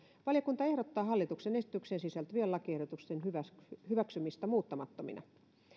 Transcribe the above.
valiokunta ehdottaa hallituksen esitykseen sisältyvien lakiehdotusten hyväksymistä muuttamattomina